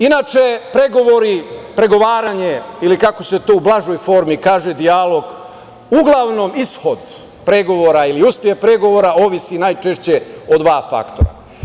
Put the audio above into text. Inače, pregovori, pregovaranje ili kako se to u blažoj formi kaže - dijalog, uglavnom ishod pregovora ili uspeh pregovora zavisi najčešće od dva faktora.